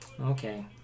Okay